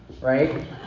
right